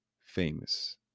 famous